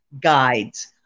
guides